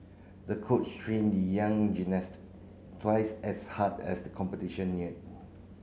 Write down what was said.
the coach trained the young gymnast twice as hard as the competition neared